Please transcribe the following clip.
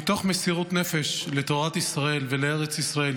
מתוך מסירות נפש לתורת ישראל ולארץ ישראל,